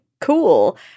cool